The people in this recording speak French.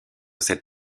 cette